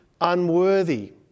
unworthy